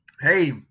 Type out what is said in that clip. Hey